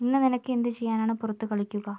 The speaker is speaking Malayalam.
ഇന്ന് നിനക്ക് എന്ത് ചെയ്യാനാണ് പുറത്ത് കളിക്കുക